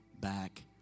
back